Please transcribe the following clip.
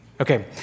Okay